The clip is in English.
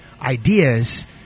ideas